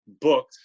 booked